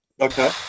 Okay